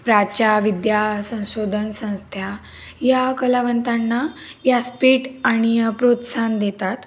प्राच्यविद्या संशोधन संस्था या कलावंतांना व्यासपीठ आणि प्रोत्साहन देतात